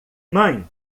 mãe